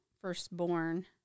firstborn